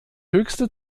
höchste